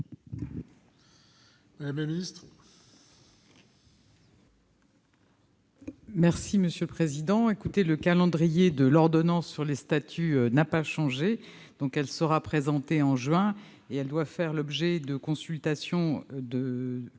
Mme la ministre.